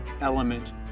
element